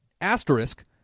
Asterisk